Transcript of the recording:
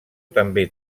també